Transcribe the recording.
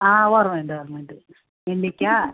ആ ഓർമ്മയുണ്ട് ഓർമ്മയുണ്ട് നെല്ലിക്ക